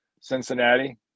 Cincinnati